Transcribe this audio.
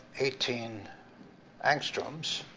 eighteen angstroms,